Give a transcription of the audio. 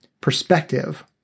perspective